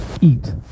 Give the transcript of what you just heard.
Eat